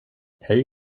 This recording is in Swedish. hej